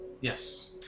Yes